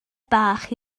bach